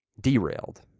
Derailed